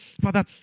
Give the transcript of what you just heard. Father